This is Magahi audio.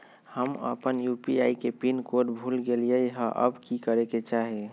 हम अपन यू.पी.आई के पिन कोड भूल गेलिये हई, अब की करे के चाही?